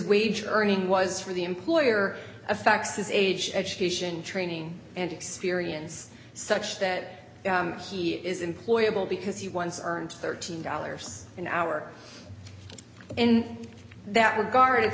wage earning was for the employer effects his age education training and experience such that he is employer will because he once earned thirteen dollars an hour in that regard it's